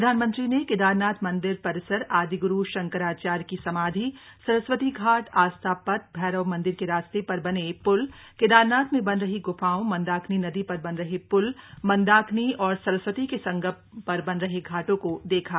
प्रधानमंत्री ने केदारनाथ मन्दिर परिसर आदिग्रू शंकराचार्य की समाधि सरस्वती घाट आस्था पथ औरव मन्दिर के रास्ते पर बने प्ल केदारनाथ में बन रही गुफाओं मन्दाकिनी नदी पर बन रहे पुल मंदाकिनी और सरस्वती के संगम पर बन रहे घाटों को देखा